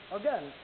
again